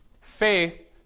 Faith